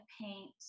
paint